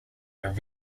are